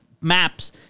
maps